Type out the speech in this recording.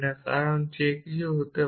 কারণ কেন যে কিছু হতে পারে